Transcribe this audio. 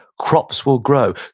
crops will grow.